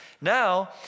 Now